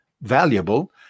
valuable